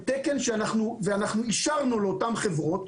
אנחנו אישרנו לאותן חברות,